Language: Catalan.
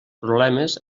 problemes